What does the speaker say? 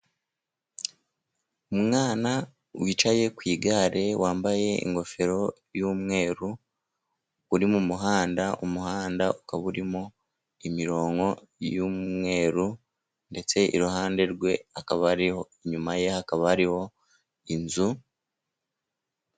Umwana wicaye ku igare wambaye ingofero y'umweru, uri mu muhanda, umuhanda ukaba urimo imirongo y'umweru, ndetse iruhande rwe hakaba hariho inyuma ye hakaba hariho inzu...